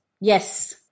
Yes